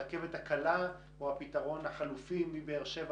הרכבת הקלה או הפתרון החלופי מבאר שבע